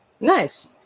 Nice